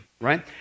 right